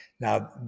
now